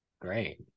Great